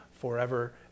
forever